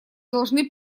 должны